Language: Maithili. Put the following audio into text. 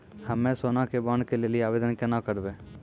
हम्मे सोना के बॉन्ड के लेली आवेदन केना करबै?